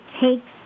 takes